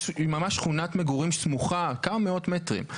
יש שכונת מגורים סמוכה, כמה מאות מטרים.